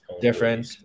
Different